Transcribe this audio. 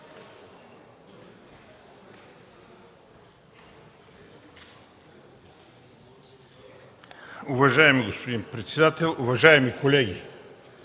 (ДПС): Господин председател, уважаеми колеги!